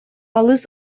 алыс